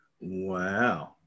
Wow